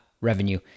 revenue